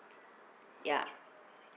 yeah